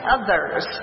others